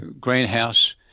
greenhouse